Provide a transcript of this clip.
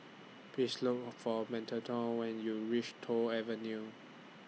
Please Look For Macarthur when YOU REACH Toh Avenue